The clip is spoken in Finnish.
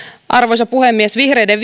arvoisa puhemies vihreiden